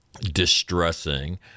distressing